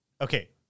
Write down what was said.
okay